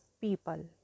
people